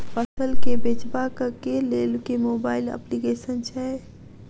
फसल केँ बेचबाक केँ लेल केँ मोबाइल अप्लिकेशन छैय?